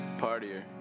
partier